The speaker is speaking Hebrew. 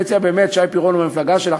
אני מציע באמת, שי פירון הוא מהמפלגה שלך.